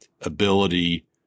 ability